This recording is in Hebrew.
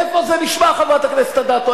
איפה זה נשמע, חברת הכנסת אדטו?